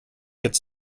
could